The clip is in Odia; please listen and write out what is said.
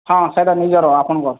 ହଁ ସେଇଟା ନିଜର ଆପଣଙ୍କର